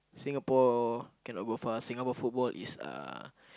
Singapore cannot go fast Singapore football is uh